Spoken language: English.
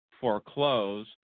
foreclose